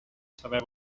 saber